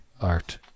art